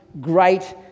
great